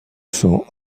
sont